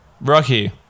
Rocky